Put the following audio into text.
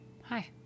Hi